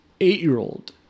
eight-year-old